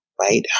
right